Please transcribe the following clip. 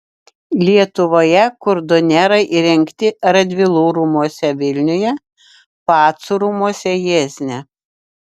lietuvoje kurdonerai įrengti radvilų rūmuose vilniuje pacų rūmuose jiezne